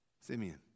Simeon